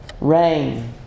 Rain